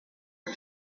are